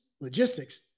logistics